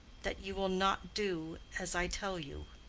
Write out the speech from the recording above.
that you will not do as i tell you?